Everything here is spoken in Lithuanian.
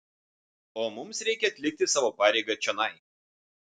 o mums reikia atlikti savo pareigą čionai